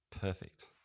Perfect